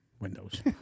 windows